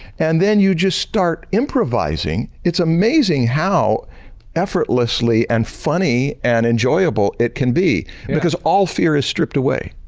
and then you just start improvising. it's amazing how effortlessly and funny and enjoyable it can be because all fear is stripped away.